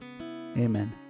Amen